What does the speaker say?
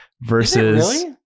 versus